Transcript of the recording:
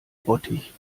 bottich